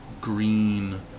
green